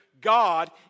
God